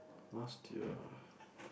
must your